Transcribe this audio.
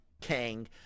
Kang